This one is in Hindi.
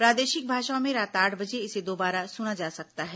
प्रादेशिक भाषाओं में रात आठ बजे इसे दोबारा सुना जा सकता है